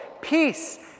peace